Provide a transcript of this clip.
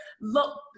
Look